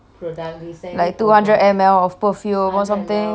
like two hundred M_L of perfume or something